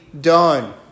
done